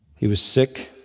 he was sick,